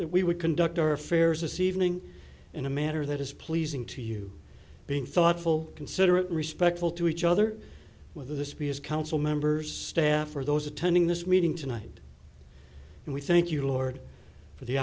that we would conduct our affairs this evening in a manner that is pleasing to you being thoughtful considerate respectful to each other whether this be as council members staff or those attending this meeting tonight and we thank you lord for the